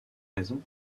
raison